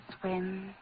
Swim